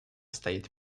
стоит